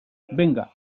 venga